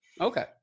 Okay